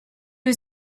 was